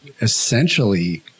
essentially